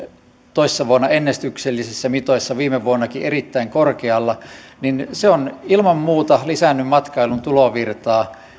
toissa vuonna ennätyksellisissä mitoissa viime vuonnakin erittäin korkealla niin se on ilman muuta lisännyt matkailun tulovirtaa